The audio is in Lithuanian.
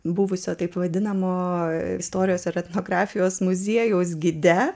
buvusio taip vadinamo istorijos etnografijos muziejaus gide